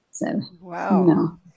Wow